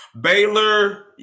baylor